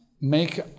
make